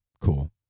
cool